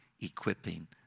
equipping